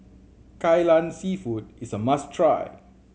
Kai Lan Seafood is a must try